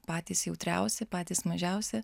patys jautriausi patys mažiausi